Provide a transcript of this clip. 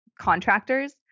contractors